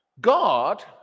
God